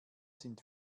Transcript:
sind